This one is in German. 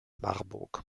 marburg